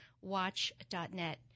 watch.net